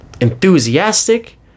enthusiastic